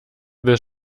des